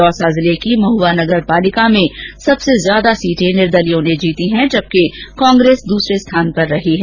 दौसा जिले की महुआ नगर पालिका में सबसे ज्यादा सीटें निर्दलियों ने जीती हैं जबकि कांग्रेस दूसरे स्थान पर रही है